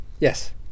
Yes